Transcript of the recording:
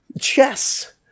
chess